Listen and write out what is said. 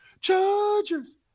Chargers